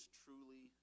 truly